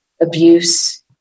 abuse